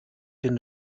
den